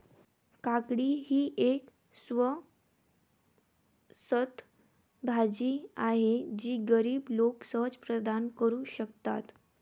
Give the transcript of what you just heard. काकडी ही एक स्वस्त भाजी आहे जी गरीब लोक सहज प्रदान करू शकतात